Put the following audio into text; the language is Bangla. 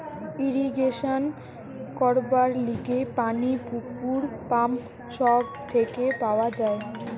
ইরিগেশন করবার লিগে পানি পুকুর, পাম্প সব থেকে পাওয়া যায়